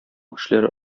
эшләре